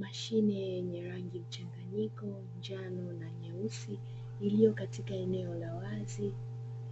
Mashine yenye rangi mchanganyiko njano na nyeusi, iliyo katika eneo la wazi